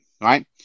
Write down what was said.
right